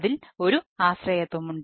അതിനാൽ ഒരു ആശ്രയത്വമുണ്ട്